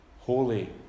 Holy